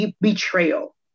betrayal